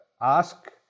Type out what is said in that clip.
ask